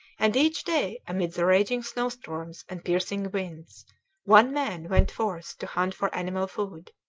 and each day amid the raging snowstorms and piercing winds one man went forth to hunt for animal food.